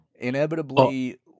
inevitably